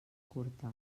curta